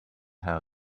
how